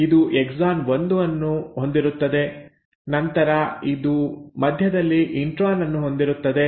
ಇದು ಎಕ್ಸಾನ್ 1 ಅನ್ನು ಹೊಂದಿರುತ್ತದೆ ನಂತರ ಇದು ಮಧ್ಯದಲ್ಲಿ ಇಂಟ್ರಾನ್ ಅನ್ನು ಹೊಂದಿರುತ್ತದೆ